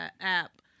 app